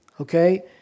okay